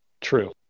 True